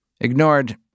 Ignored